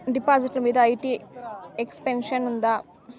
డిపాజిట్లు మీద IT exemption ఉందా?